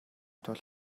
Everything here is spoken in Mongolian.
тул